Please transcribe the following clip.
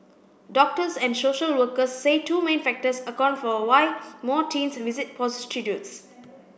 doctors and social workers say two main factors account for why more teens visit prostitutes